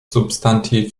substantiv